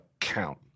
count